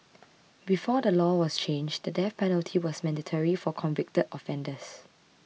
before the law was changed the death penalty was mandatory for convicted offenders